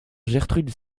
gertrude